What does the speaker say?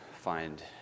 find